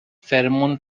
pheromone